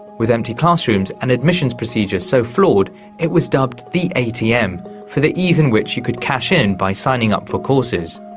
with empty classrooms and admissions procedures so flawed it was dubbed the atm for the ease in which you could cash in by signing up for courses.